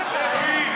שמתי לך.